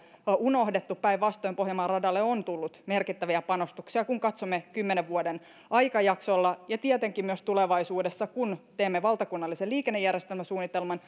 unohdettu päinvastoin pohjanmaan radalle on tullut merkittäviä panostuksia kun katsomme kymmenen vuoden aikajaksolla tietenkin myös tulevaisuudessa kun teemme valtakunnallisen liikennejärjestelmäsuunnitelman